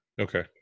Okay